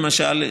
למשל,